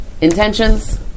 intentions